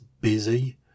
busy